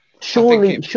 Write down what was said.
Surely